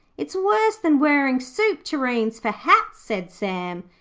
it's worse than wearing soup tureens for hats said sam.